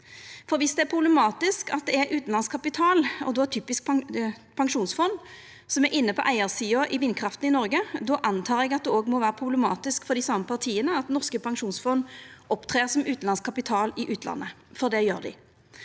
Viss det er problematisk at det er utanlandsk kapital, og då typisk pensjonsfond, som er inne på eigarsida i vindkraft i Noreg, antar eg at det òg må vera problematisk for dei same partia at norske pensjonsfond opptrer som utanlandsk kapital i utlandet – for det gjer dei.